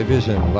Vision